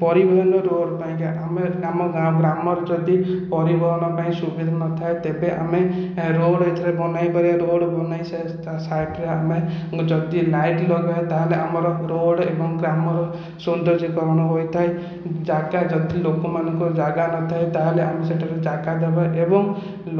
ପରିବହନ ରୋଡ଼୍ ପାଇଁକା ଆମେ ଆମ ଗ୍ରାମର ଯଦି ପରିବହନ ପାଇଁ ସୁବିଧା ନ ଥାଏ ତେବେ ଆମେ ରୋଡ଼୍ ଏଥିରେ ବନାଇପାରିବା ରୋଡ଼୍ ସାଇଡ଼୍ରେ ଆମେ ଯଦି ଲାଇଟ୍ ଲଗାଇବା ତାହେଲେ ଆମର ରୋଡ଼୍ ଏବଂ ଗ୍ରାମର ସୌନ୍ଦର୍ଯ୍ୟକରଣ ହୋଇଥାଏ ଜାଗା ଯଦି ଲୋକମାନଙ୍କ ଜାଗା ନ ଥାଏ ତାହେଲେ ଆମେ ସେଠାରେ ଯାଗା ଦେବା ଏବଂ